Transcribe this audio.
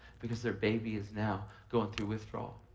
because their baby is now going through withdrawal.